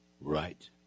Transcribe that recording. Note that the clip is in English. right